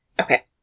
Okay